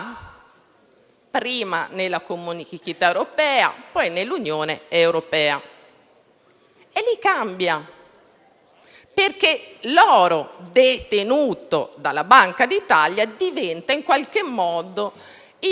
prima nella Comunità europea e poi nell'Unione europea. E lì cambia, perché l'oro detenuto dalla Banca d'Italia diventa in qualche modo